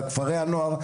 כפרי הנוער,